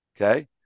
Okay